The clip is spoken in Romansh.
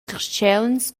carstgauns